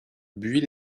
buis